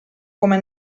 come